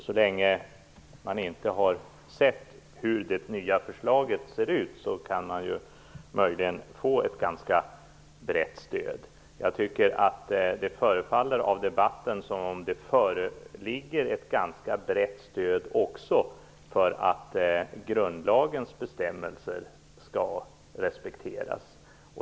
Så länge man inte har sett hur det nya förslaget ser ut kan man möjligen få ett ganska brett stöd. Det förefaller av debatten som att det föreligger ett ganska brett stöd för att grundlagens bestämmelser skall respekteras.